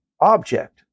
object